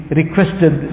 requested